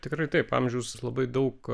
tikrai taip amžius labai daug